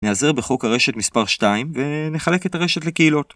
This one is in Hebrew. נעזר בחוק הרשת מספר 2 ונחלק את הרשת לקהילות